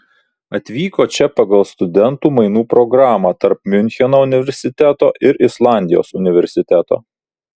atvyko čia pagal studentų mainų programą tarp miuncheno universiteto ir islandijos universiteto